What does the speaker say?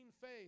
faith